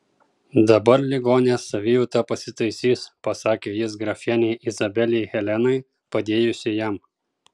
dabar ligonės savijauta pasitaisys pasakė jis grafienei izabelei helenai padėjusiai jam